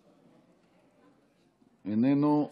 איננו.